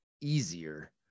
easier